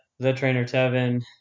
TheTrainerTevin